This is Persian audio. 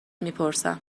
میپرسم